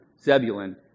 Zebulun